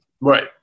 right